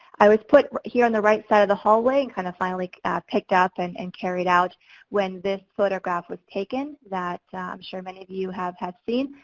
i was put here in the right side of the hallway and kind of finally picked up and and carried out when this photograph was taken. that i'm sure that many of you have have seen.